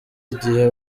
igihe